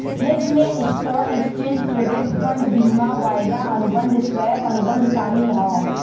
hedge में stock, exchange traded fund, बीमा, वायदा अनुबंध, स्वैप, अनुबंध शामिल हौ